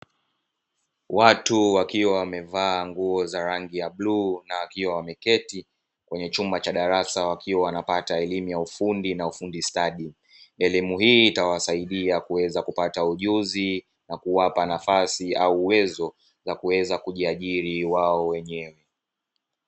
Watu wakiwa wamevaa nguo za rangi ya bluu na wakiwa wameketi kwenye chumba cha darasa wakiwa wanapata elimu ya ufundi na ufundi stadi. Elimu hii itawasaidia kuweza kupata ujuzi na kuwapa nafasi au uwezo wa kuweza kujiajiri wao wenyewe.